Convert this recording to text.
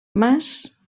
mas